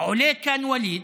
עולה כאן ווליד